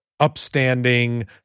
upstanding